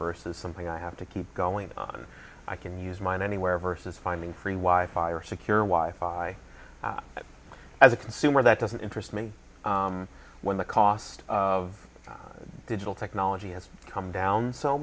versus something i have to keep going on i can use mine anywhere versus finding free why fire secure wife i as a consumer that doesn't interest me when the cost of digital technology has come down so